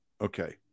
okay